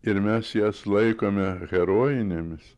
ir mes jas laikome herojinėmis